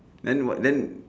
then what then